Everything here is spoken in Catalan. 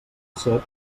cep